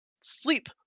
sleep